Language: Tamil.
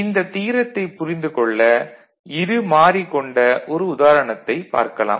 இந்த தியரத்தைப் புரிந்துக் கொள்ள இரு மாறி கொண்ட ஒரு உதாரணத்தைப் பார்க்கலாம்